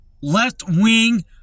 left-wing